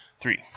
three